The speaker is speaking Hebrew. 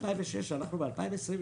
אנחנו ב-2023,